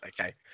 Okay